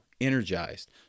energized